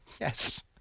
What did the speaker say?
Yes